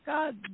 God